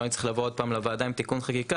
שלא נצטרך לבוא עוד פעם לוועדה עם תיקון חקיקה.